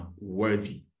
worthy